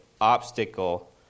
obstacle